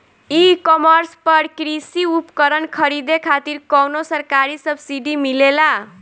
ई कॉमर्स पर कृषी उपकरण खरीदे खातिर कउनो सरकारी सब्सीडी मिलेला?